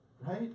right